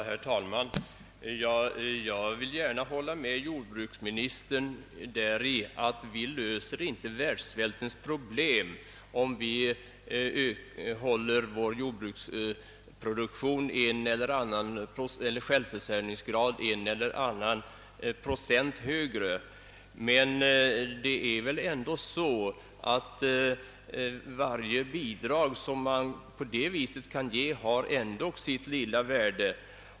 Herr talman! Jag håller gärna med jordbruksministern om att vi inte löser världssvältproblemet om vi sätter vår självförsörjningsgrad en eller annan procent högre. Men varje bidrag som man på det viset kan ge har ändå sitt lilla värde.